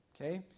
Okay